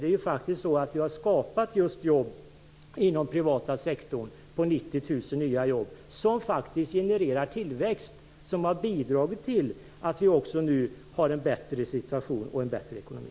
Vi har skapat 90 000 nya jobb inom den privata sektorn, vilket genererar tillväxt och har bidragit till att vi nu har en bättre situation och en bättre ekonomi.